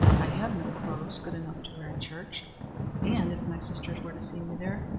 i have no clothes good enough to wear at church and if my sisters were to see me there,